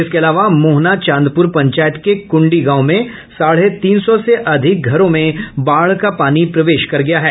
इसके अलावा मोहना चांदपुर पंचायत के कुंडी गांव में साढ़े तीन सौ से अधिक घरों में बाढ़ का पानी प्रवेश कर गया है